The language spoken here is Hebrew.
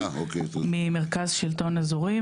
ממרכז שלטון אזרחי,